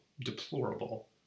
deplorable